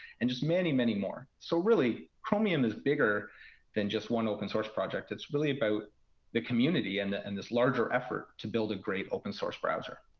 and just many, many more. so really chromium is bigger than just one open-source project. it's really about the community and and this larger effort to build a great open-source browser.